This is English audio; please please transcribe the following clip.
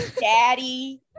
daddy